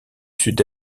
sud